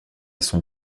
son